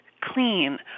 clean